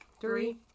Three